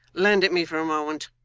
lend it me for a moment.